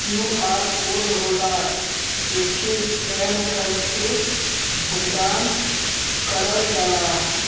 QR code होला एके scan करके भुगतान करल जाला